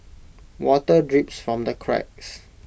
water drips from the cracks